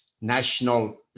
national